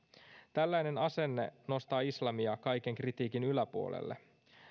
tällainen asenne nostaa islamia kaiken kritiikin yläpuolelle